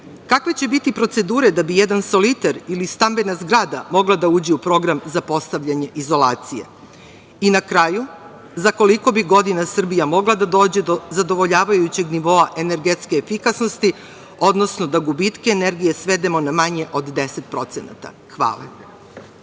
Kakve će biti procedure da bi jedan soliter ili stambena zgrada mogla da uđe u program za postavljanje izolacije? Na kraju, za koliko bi godina Srbija mogla da dođe do zadovoljavajućeg nivoa energetske efikasnosti, odnosno da gubitke energije svede na manje od 10%? Hvala.